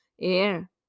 air